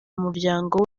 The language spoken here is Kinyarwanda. muryango